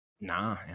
Nah